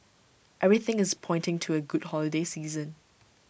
everything is pointing to A good holiday season